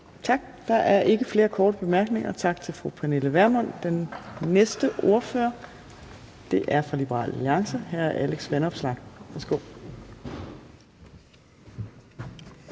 Tak. Der er ikke flere korte bemærkninger. Tak til fru Pernille Vermund. Den næste ordfører er fra Liberal Alliance, hr. Alex Vanopslagh. Værsgo.